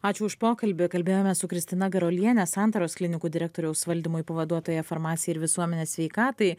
ačiū už pokalbį kalbėjome su kristina garuoliene santaros klinikų direktoriaus valdymui pavaduotoja farmacijai ir visuomenės sveikatai